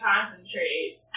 concentrate